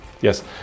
Yes